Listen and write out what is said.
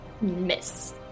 Miss